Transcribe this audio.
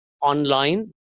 online